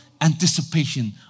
anticipation